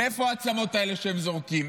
מאיפה העצמות האלה שהם זורקים?